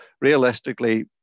realistically